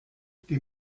die